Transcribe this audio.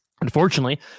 unfortunately